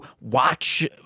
watch